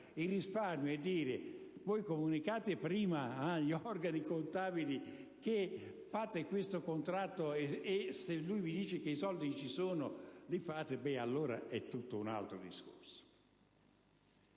il risparmio e dire: "Comunicate prima agli organi contabili che fate questo contratto, e se vi si dice che i fondi ci sono, lo fate", allora è tutto un altro discorso.